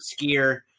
skier